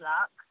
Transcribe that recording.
Luck